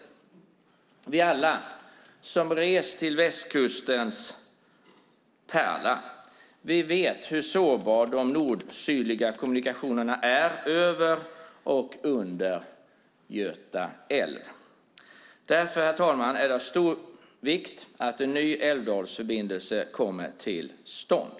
Vi alla som rest till västkustens pärla vet hur sårbara de nordsydliga kommunikationerna är över och under Göta älv. Därför är det, herr talman, av stor vikt att en ny älvförbindelse kommer till stånd.